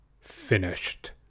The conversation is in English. finished